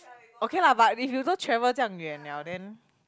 okay lah but if you 都 travel 这样远 liao then